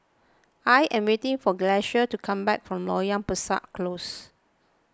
I am waiting for Gracie to come back from Loyang Besar Close